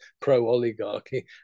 pro-oligarchy